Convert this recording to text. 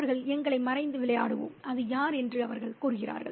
அவர்கள் எங்களை மறைத்து விளையாடுவோம் அது யார் என்று அவர்கள் கூறுகிறார்கள்